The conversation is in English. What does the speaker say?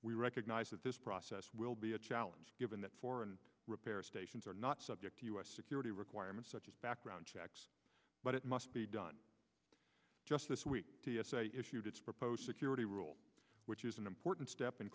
we recognize that this process will be a challenge given that foreign repair stations are not subject to u s security requirements such as background checks but it must be done just this week t s a issued its proposed security rule which is an important step in